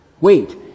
Wait